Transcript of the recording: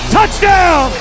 Touchdown